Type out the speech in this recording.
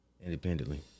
independently